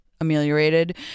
ameliorated